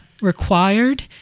required